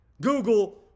Google